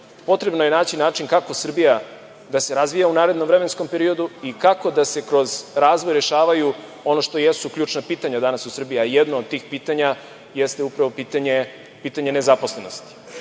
Potrebno je naći način kako Srbija da se razvija u narednom vremenskom periodu i kako da se kroz razvoj rešavaju ono što jesu ključna pitanja danas u Srbiji, a jedno od tih jeste upravo pitanje nezaposlenosti. Investiranje